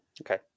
Okay